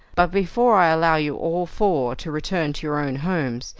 but before i allow you all four to return to your own homes,